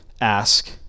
ask